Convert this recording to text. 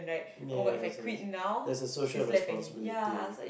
yes yes yes there's a social responsibility